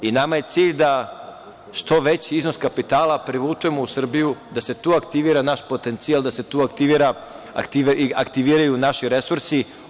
I nama je cilj da što veći iznos kapitala privučemo u Srbiju, da se tu aktivira naš potencijal, da se tu aktiviraju naši resursi.